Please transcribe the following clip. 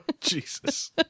Jesus